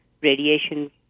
radiation